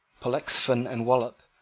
pollexfen and wallop,